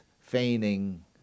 feigning